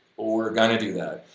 we're gonna do that.